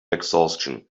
exhaustion